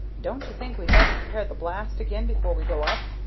don't you think we'd better prepare the blast again before we go up?